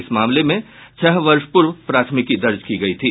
इस मामले में छह वर्ष पूर्व प्राथमिकी दर्ज की गयी थी